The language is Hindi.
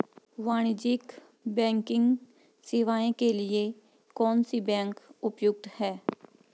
वाणिज्यिक बैंकिंग सेवाएं के लिए कौन सी बैंक उपयुक्त है?